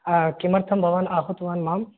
किमर्थं भवान् आहूतवान् माम्